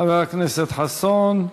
חבר הכנסת חסון.